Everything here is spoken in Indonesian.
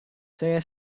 saya